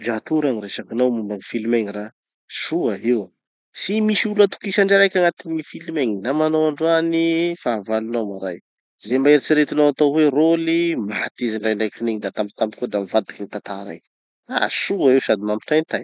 Dra to ra gny resakinao momba gny film igny ra. Soa io! Tsy misy olo atokisa ndre raiky agnatin'ny gny film igny. Namanao androany, fahavalonao maray. Ze mba eritseretinao ataonao hoe rôly, maty izy ndraindraikin'igny da tampotampoky eo de mivadiky gny tantara igny. Ah soa io sady mampitaintay.